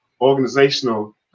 organizational